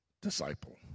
disciple